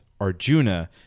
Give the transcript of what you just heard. Arjuna